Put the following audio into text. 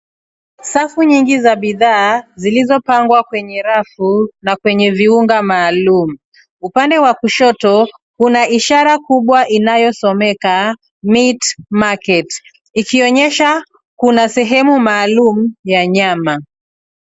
Safu nyingi za bidhaa zilizopangwa kwenye rafu na kwenye viunga maalum. Upande wa kushoto, kuna ishara kubwa inayosomeka (cs)meat market(cs) ikionyesha kuna sehemu maalum ya nyama.